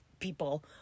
People